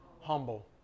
humble